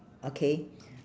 okay